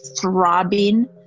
throbbing